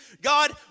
God